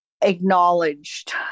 acknowledged